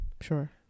Sure